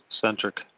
centric